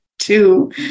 two